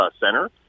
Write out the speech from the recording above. center